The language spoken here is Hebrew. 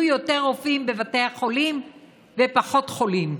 יותר רופאים בבתי החולים ופחות חולים?